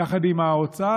יחד עם האוצר,